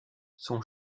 son